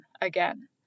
again